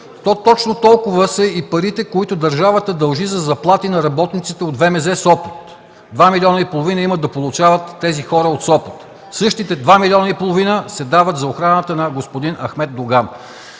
точно толкова са и парите, които държавата дължи за заплати на работниците от ВМЗ – Сопот. Два милиона и половина имат да получават тези хора от Сопот. Същите два милиона и половина се дават за охраната на господин Ахмед Доган.